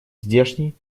здешний